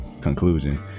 conclusion